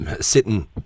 sitting